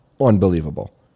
unbelievable